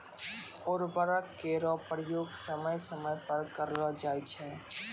उर्वरक केरो प्रयोग समय समय पर करलो जाय छै